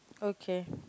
okay